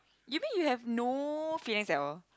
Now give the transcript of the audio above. you mean you have no feelings at all